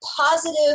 positive